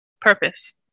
Purpose